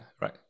right